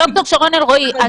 ד"ר שרון אלרעי,